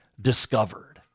discovered